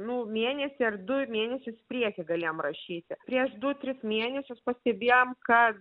nu mėnesį ar du mėnesius į priekį galėjom prašyti prieš du tris mėnesius pastebėjom kad